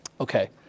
Okay